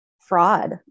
fraud